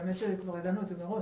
האמת שכבר ידענו את זה מראש,